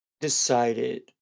decided